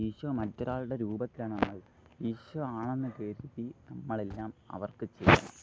ഈശോ മറ്റൊരാളുടെ രൂപത്തിലാണ് ഈശോ ആണെന്ന് കരുതി നമ്മ ൾ എല്ലാം അവർക്ക് ചെയ്തു